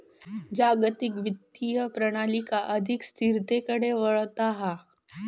जागतिक वित्तीय प्रणाली अधिक स्थिरतेकडे वळता हा